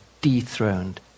dethroned